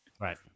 right